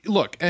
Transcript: Look